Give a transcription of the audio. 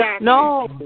No